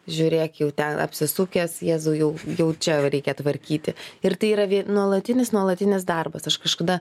žiūrėk jau ten apsisukęs jėzau jau jau čia reikia tvarkyti ir tai yra vie nuolatinis nuolatinis darbas aš kažkada